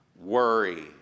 worry